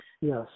Yes